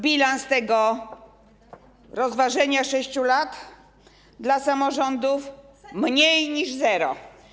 Bilans tego rozważenia 6 lat dla samorządów to mniej niż zero.